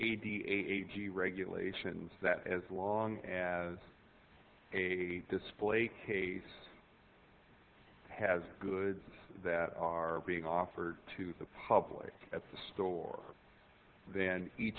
h g regulations that as long as a display case has goods that are being offered to the public at the store then each